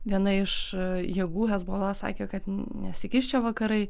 viena iš jėgų hezbollah sakė kad nesikiš čia vakarai